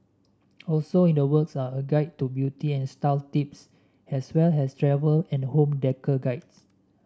also in the works are a guide to beauty and style tips as well as travel and home guides